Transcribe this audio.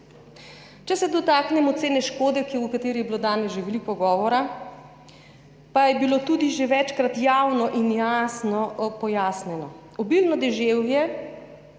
Če se dotaknem ocene škode, o kateri je bilo danes že veliko govora, pa je bilo tudi že večkrat javno in jasno pojasnjeno. Obilno deževje